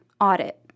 audit